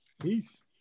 peace